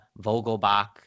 Vogelbach